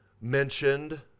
mentioned